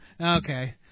Okay